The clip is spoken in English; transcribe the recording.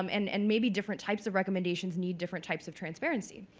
um and and maybe different types of recommendations need different types of transparency.